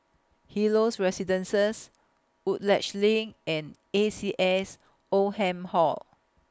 Helios Residences Woodleigh LINK and A C S Oldham Hall